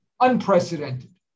unprecedented